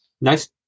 nice